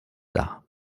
dar